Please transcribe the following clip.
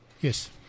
Yes